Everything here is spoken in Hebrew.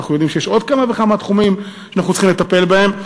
אנחנו יודעים שיש עוד כמה וכמה תחומים שאנחנו צריכים לטפל בהם.